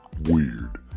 weird